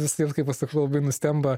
vis tiek kai pasakau labai nustemba